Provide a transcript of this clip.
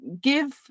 give